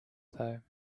though